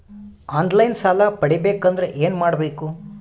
On line ಸಾಲ ಪಡಿಬೇಕಂದರ ಏನಮಾಡಬೇಕು?